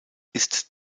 ist